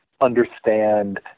understand